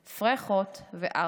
/ פרחות, / וערסים".